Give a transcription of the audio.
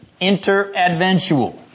Interadventual